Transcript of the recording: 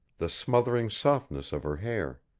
the smothering softness of her hair.